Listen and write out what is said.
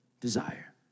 desire